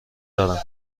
دارم